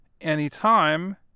anytime